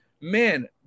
man